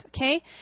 okay